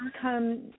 come